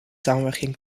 samenwerking